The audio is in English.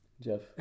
Jeff